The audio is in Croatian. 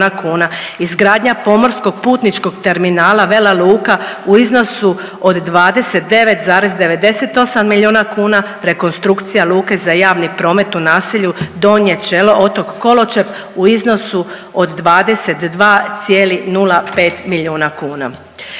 izgradnja pomorskog putničkog terminala Vela Luka u iznosu od 29,98 milijuna kuna, rekonstrukcija luke za javni promet u naselju Donje Čelo otok Koločep u iznosu od 22,05 milijuna kuna.